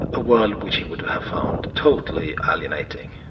a world which he would have found totally alienating.